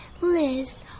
Liz